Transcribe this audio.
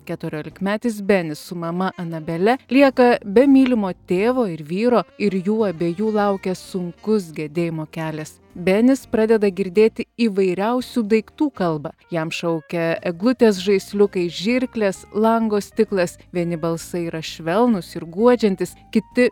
keturiolikmetis benis su mama anabele lieka be mylimo tėvo ir vyro ir jų abiejų laukia sunkus gedėjimo kelias benis pradeda girdėti įvairiausių daiktų kalbą jam šaukia eglutės žaisliukai žirklės lango stiklas vieni balsai yra švelnūs ir guodžiantys kiti